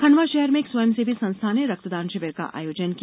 खंडवा शहर में एक स्वयंसेवी संस्था ने रक्तदान शिविर का आयोजन किया